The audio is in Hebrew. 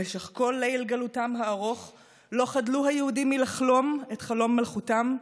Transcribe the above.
במשך כל ליל גלותם הארוך לא חדלו היהודים מלחלום את חלום מלוכתם: